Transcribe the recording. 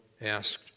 asked